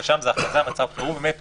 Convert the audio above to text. אבל שם זאת הכרזה על מצב חירום שמאפשרת